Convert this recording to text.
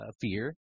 fear